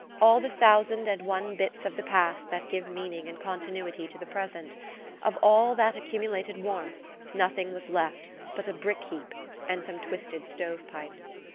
all the thousand and one bits of the past that give meaning and continuity to the present of all that accumulated warmth nothing was left but a brick-heap and some twisted stove-pipes!